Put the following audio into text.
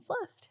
left